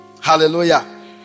hallelujah